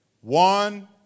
One